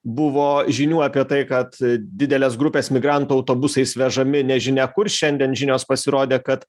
buvo žinių apie tai kad didelės grupės migrantų autobusais vežami nežinia kur šiandien žinios pasirodė kad